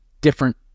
different